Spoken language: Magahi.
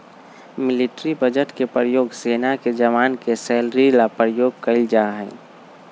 मिलिट्री बजट के प्रयोग सेना के जवान के सैलरी ला प्रयोग कइल जाहई